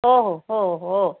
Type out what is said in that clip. हो हो हो हो